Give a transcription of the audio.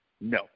no